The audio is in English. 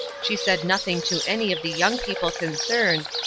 she said nothing to any of the young people concerned,